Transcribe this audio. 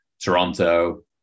Toronto